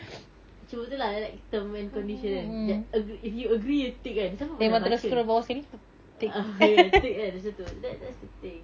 macam tu lah like term and condition if you agree tick siapa pun nak baca tick kan kat situ that that's the thing